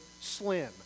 Slim